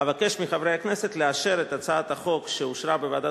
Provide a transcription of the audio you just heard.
אבקש מחברי הכנסת לאשר את הצעת החוק שאושרה בוועדת